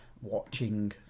watching